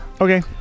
Okay